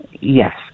Yes